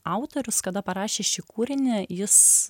autorius kada parašė šį kūrinį jis